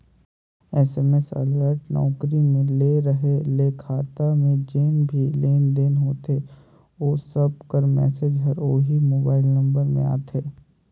SMS alert नउकरी में रहें ले खाता में जेन भी लेन देन होथे ओ सब कर मैसेज हर ओही मोबाइल नंबर में आथे